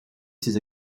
ses